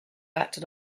acted